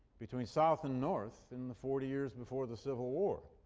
between south and north in the forty years before the civil war.